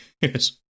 Yes